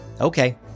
Okay